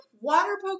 water